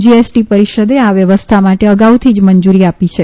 GST પરિષદે આ વ્યવસ્થા માટે અગાઉથી જ મંજૂરી આપી છે